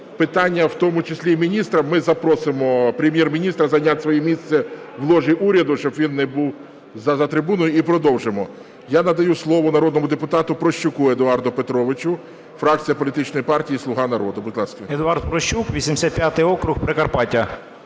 питання в тому числі і міністрам, ми запросимо Прем’єр-міністра зайняти своє місце в ложі уряду, щоб він не був за трибуною, і продовжимо. Я надаю слово народному депутату Прощуку Едуарду Петровичу, фракція політичної партії "Слуга народу", будь ласка.